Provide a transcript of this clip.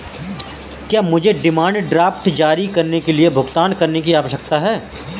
क्या मुझे demand draft जारी करने के लिए भुगतान करने की आवश्यकता है?